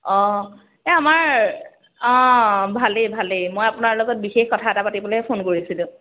অঁ এই আমাৰ অঁ ভালেই ভালেই মই আপোনাৰ লগত বিশেষ কথা এটা পাতিবলৈহে ফোন কৰিছিলোঁ